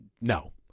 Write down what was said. no